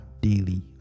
daily